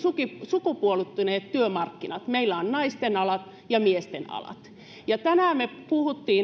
sukupuolittuneet työmarkkinat meillä on naisten alat ja miesten alat tänään me puhuimme